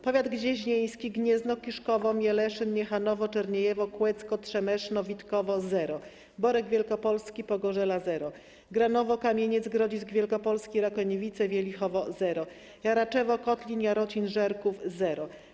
Powiat gnieźnieński: Gniezno, Kiszkowo, Mieleszyn, Niechanowo, Czerniejewo, Kłecko, Trzemeszno, Witkowo - zero, Borek Wielkopolski, Pogorzela - zero, Granowo, Kamieniec, Grodzisk Wielkopolski, Rakoniewice, Wielichowo - zero, Jaraczewo, Kotlin, Jarocin, Żerków - zero.